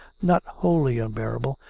not wholly unbearable,